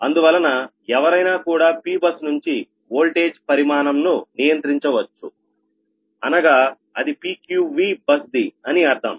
అందువలన ఎవరైనా కూడా P బస్ నుంచి ఓల్టేజ్ పరిమాణం ను నియంత్రించవచ్చు అనగా అది PQVబస్ ది అని అర్థం